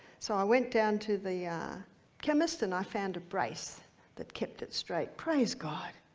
so i went down to the chemist and i found a brace that kept it straight, praise god.